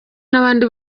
n’abandi